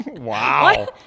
Wow